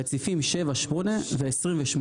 רציפים 7, 8 ו-28.